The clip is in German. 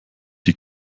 die